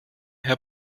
herr